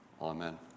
Amen